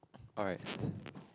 alright